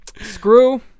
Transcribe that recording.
Screw